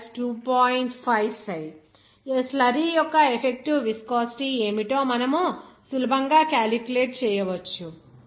5 ఆ స్లర్రీ యొక్క effective viscosity ఏమిటో మనము సులభంగా క్యాలిక్యులేట్ చేయవచ్చు